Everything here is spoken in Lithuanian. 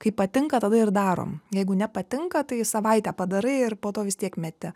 kai patinka tada ir darom jeigu nepatinka tai savaitę padarai ir po to vistiek meti